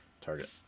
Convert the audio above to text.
target